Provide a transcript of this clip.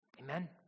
Amen